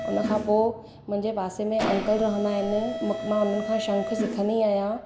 उनखां पोइ मुंहिंजे पासे में अंकल रहंदा आहिनि मुख मां उन्हनि खां शंख सिखंदी आहियां